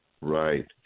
right